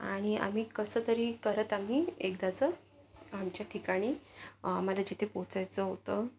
आणि आम्ही कसंतरी करत आम्ही एकदाचं आमच्या ठिकाणी आम्हाला जिथं पोहोचायचं होतं